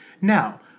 Now